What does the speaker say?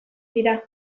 dira